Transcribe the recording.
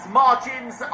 margins